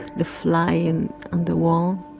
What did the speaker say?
the fly and on the wall.